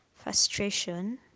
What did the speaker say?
frustration